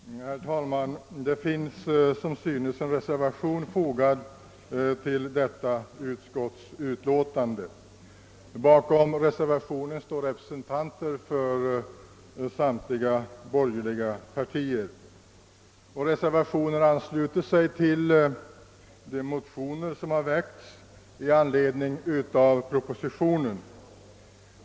Herr talman! Det finns som synes en reservation fogad vid detta utskottsutlåtande. Bakom reservationen står representanter för samtliga borgerliga partier. Reservationen ansluter sig till de motioner som har väckts i anledning av propositionen.